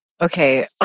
okay